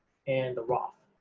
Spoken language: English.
and the roth.